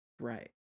right